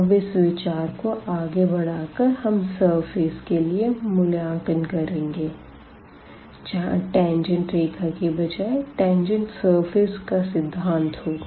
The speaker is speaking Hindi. अब इस विचार को आगे बढ़ा कर हम सरफेस के लिए मूल्यांकन करेंगे जहाँ टेंजेंट रेखा की बजाए टेंजेंट सरफेस का सिद्धांत होगा